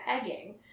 pegging